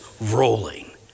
rolling